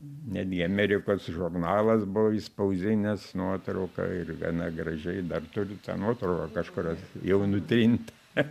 netgi amerikos žurnalas buvo išspausdinęs nuotrauką ir gana gražiai dar turiu tą nuotrauką kažkur jau nutrintą